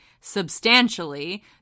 substantially